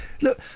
Look